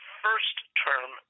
first-term